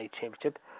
championship